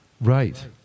Right